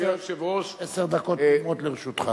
עשר דקות תמימות לרשותך.